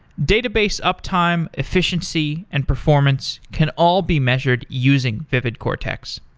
database uptime, efficiency, and performance can all be measured using vividcortex.